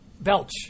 Belch